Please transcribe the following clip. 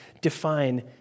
define